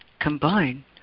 combine